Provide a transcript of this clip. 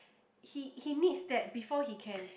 he he needs that before he can